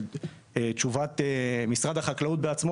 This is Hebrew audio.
של תשובת משרד החקלאות בעצמו,